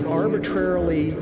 arbitrarily